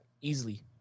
easily